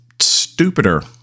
stupider